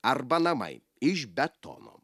arba namai iš betono